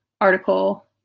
article